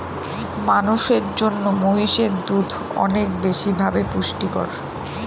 মানুষের জন্য মহিষের দুধ অনেক বেশি ভাবে পুষ্টিকর